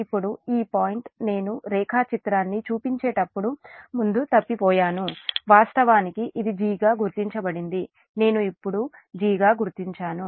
ఇక్కడ ఈ పాయింట్ నేను రేఖాచిత్రాన్ని చూపించేటప్పుడు ముందు తప్పిపోయాను వాస్తవానికి ఇది g గా గుర్తించబడింది నేను ఇప్పుడు g గా గుర్తించాను